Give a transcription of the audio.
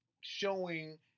showing